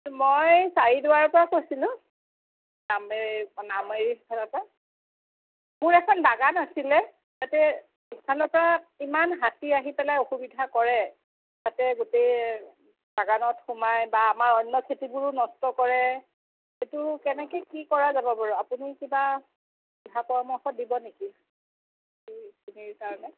মই চাৰিদুৱাৰৰ পৰা কৈছিলোঁ নামেৰি নামেৰি ফালৰ পৰা মোৰ এখন বাগান আছিলে তাতে ইফালৰ পৰা ইমান হাতী আহি পেলাই অসুবিধা কৰে তাতে গোটেই বাগানত সোমায় বা আমাৰ অন্য খেতিবোৰো নষ্ট কৰে এইটো কেনেকৈ কি কৰা যাব বাৰু আপুনি কিবা দিহা পৰামৰ্শ দিব নেকি এইখিনিৰ কাৰণে